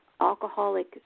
alcoholic